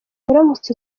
uramutse